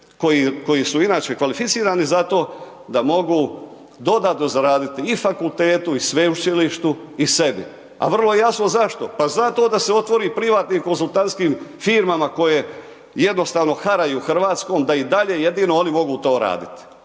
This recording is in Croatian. koji su inače kvalificirani za to, da mogu dodatno zaraditi i fakultetu i sveučilištu i sebi a vrlo je jasno zašto, pa zato da se otvori privatni konzultantskim firmama koje jednostavno haraju Hrvatskom, da i dalje jedino oni mogu to raditi.